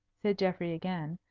said geoffrey again,